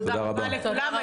תודה רבה לכולכם.